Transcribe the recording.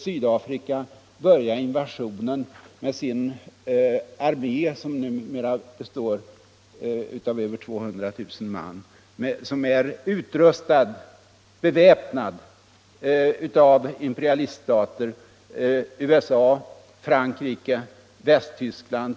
Sydafrika började invasionen med en armé, som numera består av över 200 000 man och som är utrustad och beväpnad av imperialiststater, USA, Frankrike, England och Västtyskland.